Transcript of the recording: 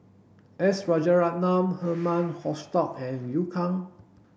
S Rajaratnam Herman Hochstadt and Liu Kang